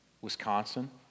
Wisconsin